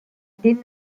did